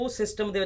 system